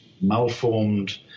malformed